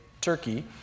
Turkey